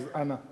אז אנא,